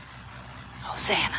Hosanna